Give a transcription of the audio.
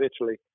Italy